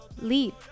leap